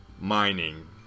Mining